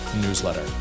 newsletter